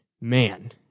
man